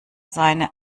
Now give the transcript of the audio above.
seine